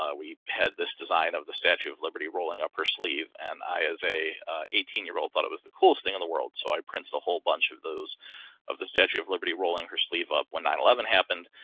ah we had this design of the statue of liberty rolling up our sleeve. and as a eighteen year old thought it was the coolest thing in the world. so i printed a whole bunch of those of the statue of liberty rolling her sleeve up when nine eleven happened.